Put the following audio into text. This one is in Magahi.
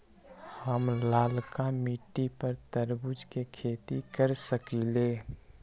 हम लालका मिट्टी पर तरबूज के खेती कर सकीले?